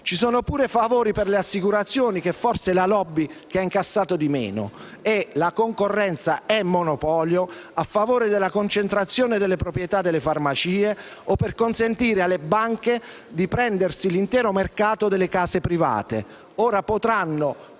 Ci sono pure favori per le assicurazioni (la *lobby* che ha incassato meno) e - "la concorrenza è monopolio" - a favore della concentrazione della proprietà delle farmacie o per consentire alle banche di prendersi l'intero mercato delle case private